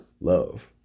love